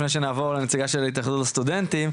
לפני שנעבור לנציגה של התאחדות הסטודנטים,